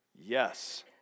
yes